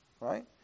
right